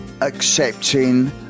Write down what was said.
accepting